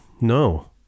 No